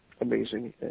Amazing